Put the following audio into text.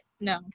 No